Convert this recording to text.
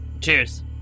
Cheers